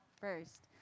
first